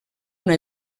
una